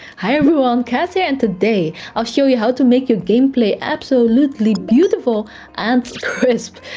hi everyone! cas here, and today i'll show you how to make your gameplay absolutely beautiful and crisp.